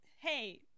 hey